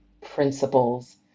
principles